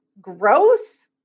gross